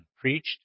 preached